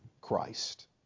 Christ